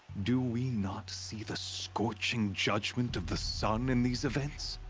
do we not see the scorching judgement of the sun in these events?